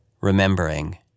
remembering